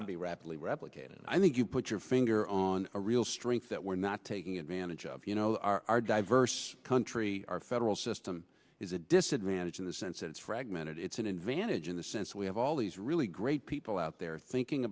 and be rapidly replicated and i think you put your finger on a real strength that we're not taking advantage of you know our diverse country our federal system is a disadvantage in the sense that it's fragmented it's an advantage in the sense we have all these really great people out there thinking